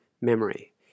memory